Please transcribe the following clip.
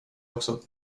också